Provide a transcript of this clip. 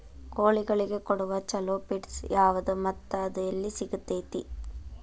ಕೋಳಿಗಳಿಗೆ ಕೊಡುವ ಛಲೋ ಪಿಡ್ಸ್ ಯಾವದ ಮತ್ತ ಅದ ಎಲ್ಲಿ ಸಿಗತೇತಿ?